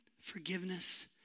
forgiveness